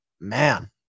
man